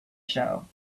show